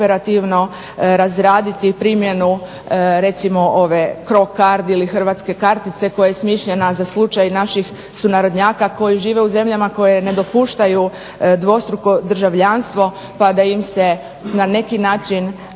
operativno razraditi primjenu recimo ove CRO Card ili hrvatske kartice koja je smišljena za slučaj naših sunarodnjaka koji žive u zemljama koje ne dopuštaju dvostruko državljanstvo pa da im se na neki način